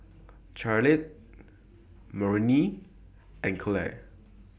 Carlyle Marilynn and Claire